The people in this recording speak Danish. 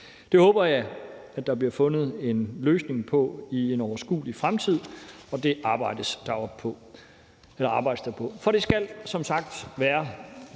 Det håber jeg der bliver fundet en løsning på i en overskuelig fremtid, og det arbejdes der på. For det skal som sagt være